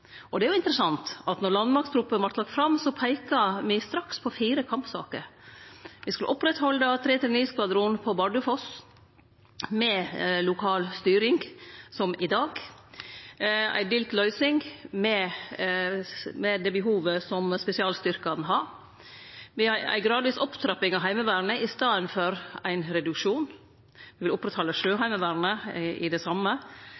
vart lagd fram, peika me straks på fire kampsaker: Me skulle oppretthalde 339-skvadronen på Bardufoss med lokal styring, som i dag, og ei delt løysing med det behovet som spesialstyrkane har, ei gradvis opptrapping av Heimevernet i staden for ein reduksjon, og me ville oppretthalde Sjøheimevernet i det same,